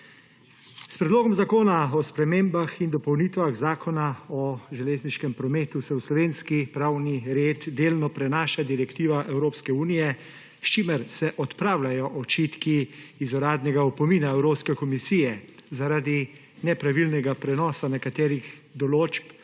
S Predlogom zakona o spremembah in dopolnitvah Zakona o železniškem prometu se v slovenski pravni red delno prenaša direktiva Evropske unije, s čimer se odpravljajo očitki iz uradnega opomina Evropske komisije zaradi nepravilnega prenosa nekaterih določb